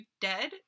dead